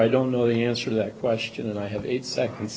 i don't know the answer that question and i have eight second